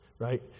right